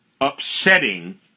upsetting